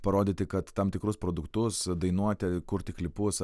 parodyti kad tam tikrus produktus dainuoti kurti klipus